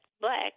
black